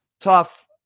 tough